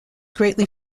greatly